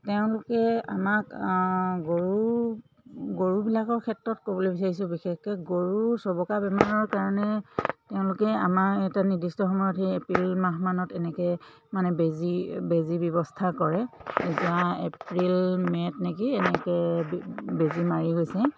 তেওঁলোকে আমাক গৰু গৰুবিলাকৰ ক্ষেত্ৰত ক'বলৈ বিচাৰিছোঁ বিশেষকৈ গৰু চবকা বেমাৰৰ কাৰণে তেওঁলোকে আমাৰ এটা নিৰ্দিষ্ট সময়ত সেই এপ্ৰিল মাহমানত এনেকৈ মানে বেজী বেজী ব্যৱস্থা কৰে যোৱা এপ্ৰিল মে'ট নেকি এনেকৈ বেজী মাৰি গৈছে